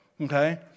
okay